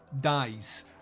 dies